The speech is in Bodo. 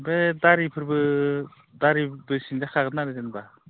ओमफ्राय दारिफोरबो दारिबो सिनजाखागोन आरो जेनेबा